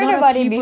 tchoukball